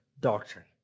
doctrine